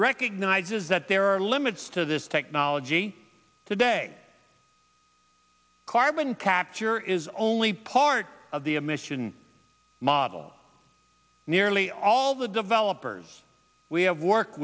recognizes that there are limits to this technology today carbon capture is only part of the emission model nearly all the developers we have work